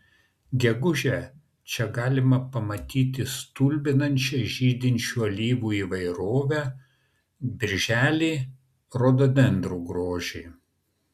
gegužę čia galima pamatyti stulbinančią žydinčių alyvų įvairovę birželį rododendrų grožį